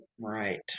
Right